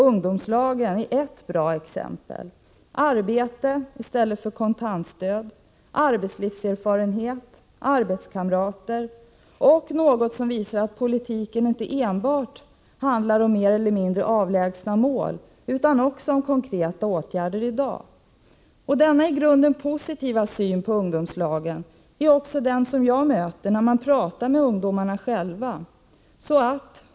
Ungdomslagen är ett bra exempel på detta: arbete i stället för kontantstöd, arbetslivserfarenhet, arbetskamrater och något som visar att politiken inte enbart handlar om mer eller mindre avlägsna mål utan också om konkreta åtgärder i dag. Denna i grunden positiva syn på ungdomslagen är vad jag möter när jag pratar med ungdomarna själva.